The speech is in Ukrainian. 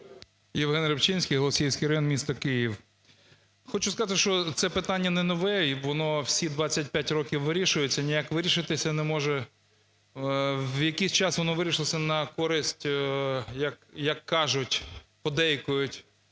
Євген Рибчинський, Голосіївський район, місто Київ. Хочу сказати, що це питання не нове, і воно всі 25 років вирішується, ніяк вирішитися не може. В якийсь час воно вирішилося на користь, як кажуть, подейкують,